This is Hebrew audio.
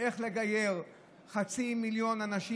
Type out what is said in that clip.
איך שהיא מדברת על הציבור החרדי והציבור היהודי,